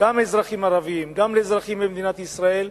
גם לאזרחים הערבים, גם לאזרחים במדינת ישראל,